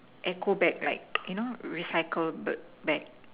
eco bag right you know recycle bag